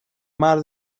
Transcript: mar